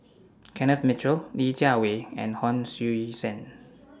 Kenneth Mitchell Li Jiawei and Hon Sui Sen